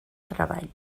treball